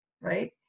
right